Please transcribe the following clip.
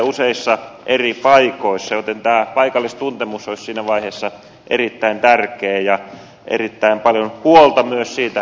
useissa eri paikoissa joten tämä paikallistuntemus olisi siinä vaiheessa erittäin tärkeää ja erittäin paljon huolta myös siitä kannetaan